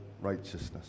righteousness